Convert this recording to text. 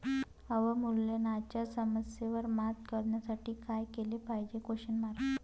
अवमूल्यनाच्या समस्येवर मात करण्यासाठी काय केले पाहिजे?